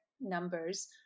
numbers